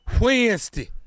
Wednesday